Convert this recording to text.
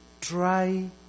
try